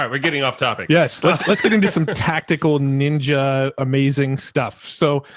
um we're getting off topic. yeah. let's let's get into some tactical ninja amazing stuff. so,